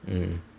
mm